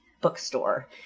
bookstore